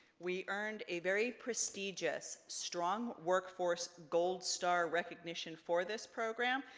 we earned a very prestigious strong workforce gold star recognition for this program,